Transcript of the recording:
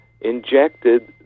injected